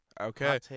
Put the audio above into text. Okay